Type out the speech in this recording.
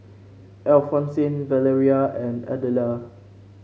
Alphonsine Valeria and Adela